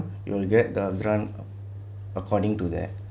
you will get the draft according to that